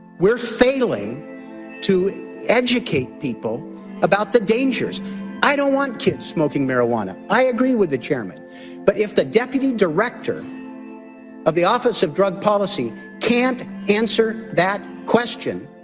we're failing to educate people about the dangers i don't want kids smoking marijuana. i agree with the chairman but if the deputy director of the office of drug policy can't answer that question,